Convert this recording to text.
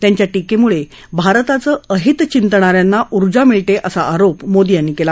त्यांच्या टीकेमुळे भारताचं अहित चिंतणाऱ्यांना ऊर्जा मिळते असा आरोप त्यांनी केला